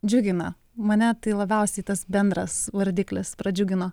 džiugina mane tai labiausiai tas bendras vardiklis pradžiugino